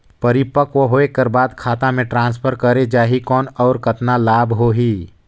परिपक्व होय कर बाद खाता मे ट्रांसफर करे जा ही कौन और कतना लाभ होही?